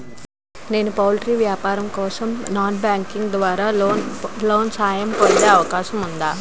నేను పౌల్ట్రీ వ్యాపారం కోసం నాన్ బ్యాంకింగ్ ద్వారా లోన్ సహాయం పొందే అవకాశం ఉందా?